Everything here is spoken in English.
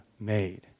made